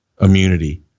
immunity